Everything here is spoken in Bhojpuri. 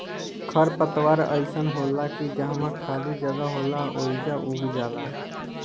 खर पतवार अइसन होला की जहवा खाली जगह होला ओइजा उग जाला